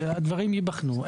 הדברים ייבחנו.